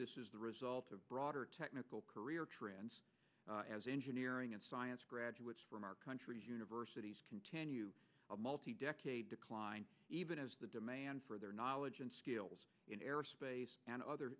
this is the result of broader technical career trends as engineering and science graduates from our country's universities continue a multi decade decline even as the demand for their knowledge and skills in aerospace and other